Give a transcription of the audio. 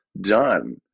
done